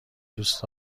دوست